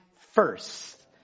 first